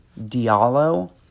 Diallo